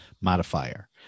modifier